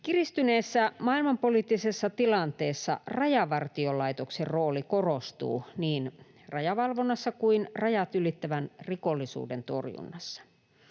Kiristyneessä maailmanpoliittisessa tilanteessa Rajavartiolaitoksen rooli korostuu niin rajavalvonnassa kuin rajat ylittävän rikollisuuden torjunnassa.